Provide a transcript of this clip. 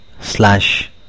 slash